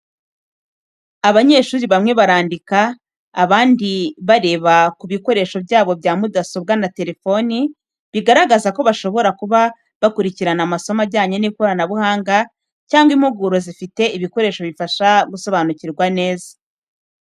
Abanyeshuri bamwe barandika, abandi bareba ku bikoresho byabo bya mudasobwa na telefoni, bigaragaza ko bashobora kuba bakurikirana amasomo ajyanye n’ikoranabuhanga cyangwa impuguro zifite ibikoresho bifasha gusobanukirwa neza.